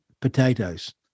potatoes